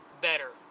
better